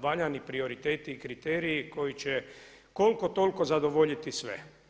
valjani prioriteti i kriteriji koji će koliko toliko zadovoljiti sve.